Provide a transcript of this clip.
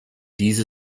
diese